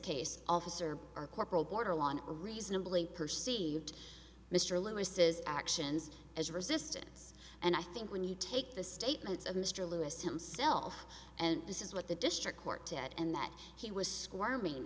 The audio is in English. case officer or corporal borderline reasonably perceived mr lewis's actions as resistance and i think when you take the statements of mr lewis himself and this is what the district court did and that he was squirming